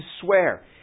swear